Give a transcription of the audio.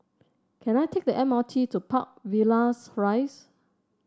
can I take the M R T to Park Villas Rise